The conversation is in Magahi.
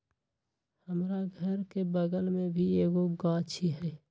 हमरा घर के बगल मे भी एगो गाछी हई